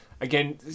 Again